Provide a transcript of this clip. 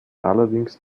allerdings